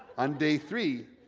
on day three,